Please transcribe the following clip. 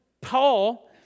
Paul